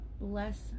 Bless